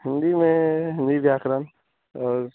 हिन्दी में हिन्दी व्याकरण और